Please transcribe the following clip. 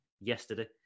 yesterday